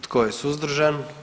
Tko je suzdržan?